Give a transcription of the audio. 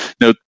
Now